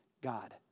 God